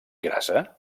grassa